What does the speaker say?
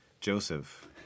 joseph